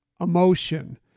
emotion